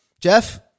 Jeff